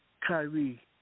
Kyrie